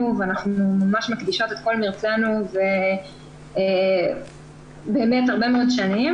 ואנחנו ממש מקדישות את כל מרצנו ובאמת הרבה מאוד שנים,